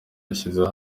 yashyize